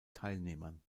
teilnehmern